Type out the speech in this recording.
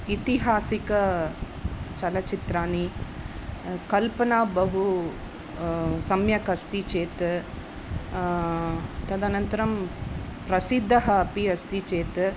ऐतिहासिकचित्राणि कल्पना बहु सम्यक् अस्ति चेत् तदनन्तरं प्रसिद्धः अपि अस्ति चेत्